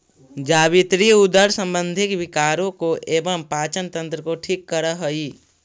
जावित्री उदर संबंधी विकारों को एवं पाचन तंत्र को ठीक करअ हई